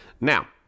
Now